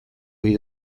ohi